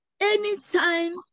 Anytime